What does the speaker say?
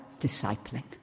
discipling